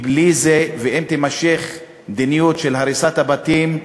כי בלי זה, ואם תימשך מדיניות של הריסת הבתים,